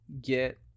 get